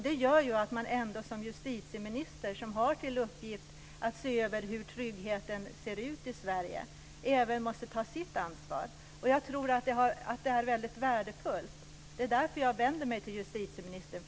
Det gör att man som justitieminister, som har till uppgift att se över hur tryggheten är i Sverige, även måste ta sitt ansvar. Jag tror att det är väldigt värdefullt. Det är därför jag vänder mig till justitieministern.